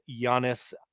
Giannis